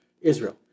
Israel